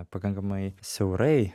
pakankamai siaurai